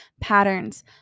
patterns